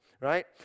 right